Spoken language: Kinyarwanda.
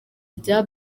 rya